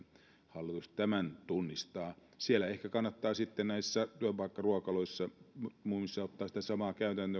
hallitus tämän tunnistaa ehkä kannattaa sitten näissä työpaikkaruokaloissa ja muissa ottaa sitä samaa käytäntöä